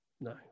no